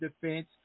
defense